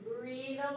Breathe